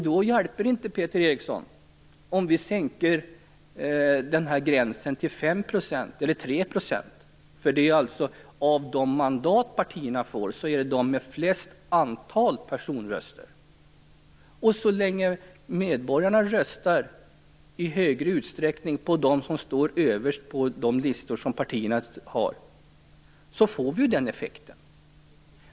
Då hjälper det inte, Peter Eriksson, om vi sänker gränsen till 5 % eller 3 %, eftersom de mandat partierna får också går till dem med störst antal personröster. Så länge medborgarna i större utsträckning röstar på dem som står överst på partiernas listor får vi ju den effekten.